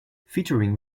featuring